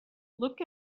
look